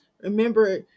Remember